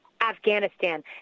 Afghanistan